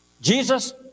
Jesus